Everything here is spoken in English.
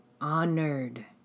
honored